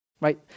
right